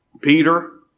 Peter